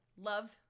love